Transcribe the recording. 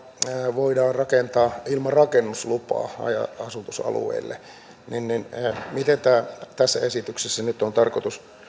voidaan rakentaa ilman rakennuslupaa haja asutusalueille miten tässä esityksessä nyt on tarkoitus